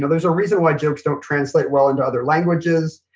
there's a reason why jokes don't translate well into other languages.